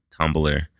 Tumblr